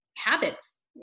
habits